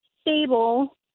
stable